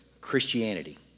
Christianity